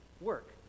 work